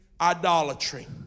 idolatry